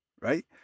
right